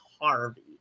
Harvey